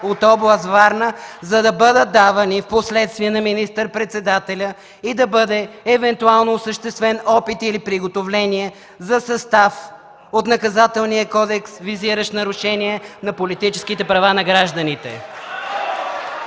от област Варна, за да бъдат давани впоследствие на министър-председателя и да бъде евентуално осъществен опит или приготовление за състав от Наказателния кодекс, визиращ нарушение на политическите права на гражданите.